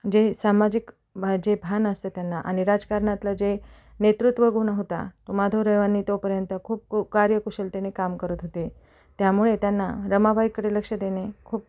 जे सामाजिक भा जे भान असतं त्यांना आणि राजकारणातलं जे नेतृत्वगुण होता तो माधवरावांनी तोपर्यंत खूप क कार्यकुशलतेने काम करत होते त्यामुळे त्यांना रमाबाईकडे लक्ष देणे खूप